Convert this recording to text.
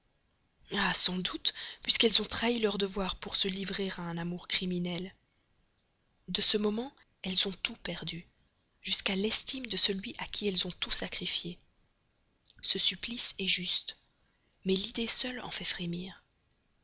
sans doute puisqu'elles ont trahi leurs devoirs pour se livrer à un amour criminel de ce moment elles ont tout sacrifié ce supplice est juste mais l'idée seule en fait frémir